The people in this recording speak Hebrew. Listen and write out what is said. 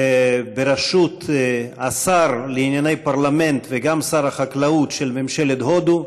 בראשות השר לענייני פרלמנט וגם שר החקלאות של ממשלת הודו,